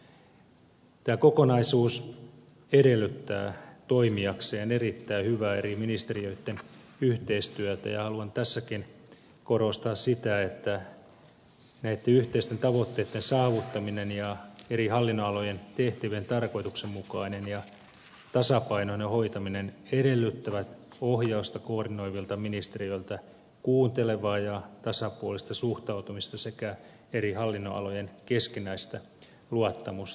tämä kokonaisuus edellyttää toimiakseen erittäin hyvää eri ministeriöitten yhteistyötä ja haluan tässäkin korostaa sitä että näitten yhteisten tavoitteitten saavuttaminen ja eri hallinnonalojen tehtävien tarkoituksenmukainen ja tasapainoinen hoitaminen edellyttävät ohjausta koordinoivilta ministeriöiltä kuuntelevaa ja tasapuolista suhtautumista sekä eri hallinnonalojen keskinäistä luottamusta